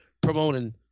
promoting